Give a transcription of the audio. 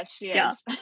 Yes